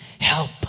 help